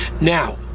Now